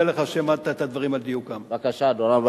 בגלל שמשרדי ממשלה לא עמדו